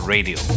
Radio